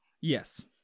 Yes